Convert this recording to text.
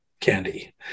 candy